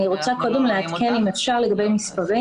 אני רוצה קודם לעדכן, אם אפשר, לגבי מספרים.